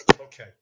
Okay